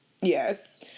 yes